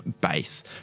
base